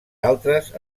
altres